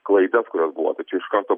klaida reaguotų čia iš karto